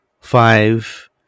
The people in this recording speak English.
five